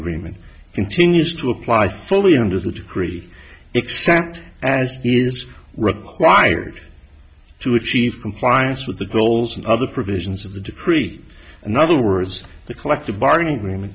agreement continues to apply fully under the degree except as is required to achieve compliance with the goals and other provisions of the decree another words the collective bargaining agreement